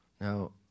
Now